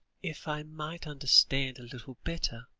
if i might understand a little better?